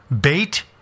bait